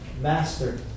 master